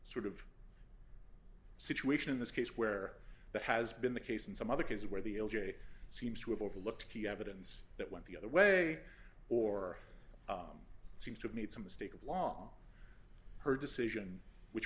sort of situation in this case where that has been the case in some other cases where the l j seems to have overlooked key evidence that went the other way or it seems to me it's a mistake of law her decision which